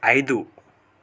ఐదు